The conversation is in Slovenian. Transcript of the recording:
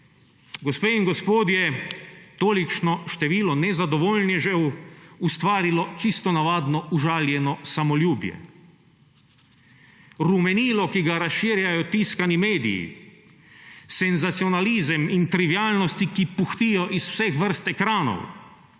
gospe in gospodje, tolikšno število nezadovoljnežev ustvarilo čisto navadno užaljeno samoljubje? Rumenilo, ki ga razširjajo tiskani mediji, senzacionalizem in trivialnosti, ki puhtijo iz vseh vrst ekranov,